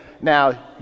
now